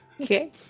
okay